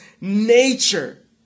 nature